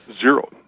Zero